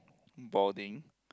boarding